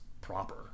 proper